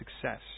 success